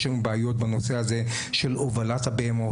יש היום בנושא של הובלת הבעיות.